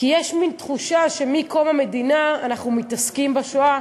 כי יש מין תחושה שמקום מדינה אנחנו מתעסקים בשואה,